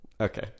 Okay